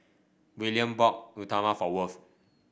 Willian bought Uthapam for Worth